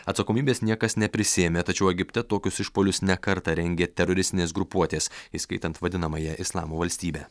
atsakomybės niekas neprisiėmė tačiau egipte tokius išpuolius ne kartą rengė teroristinės grupuotės įskaitant vadinamąją islamo valstybę